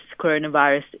coronavirus